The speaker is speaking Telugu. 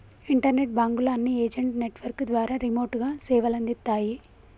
ఇంటర్నెట్ బాంకుల అన్ని ఏజెంట్ నెట్వర్క్ ద్వారా రిమోట్ గా సేవలందిత్తాయి